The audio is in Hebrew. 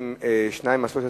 סעיפים 2 13,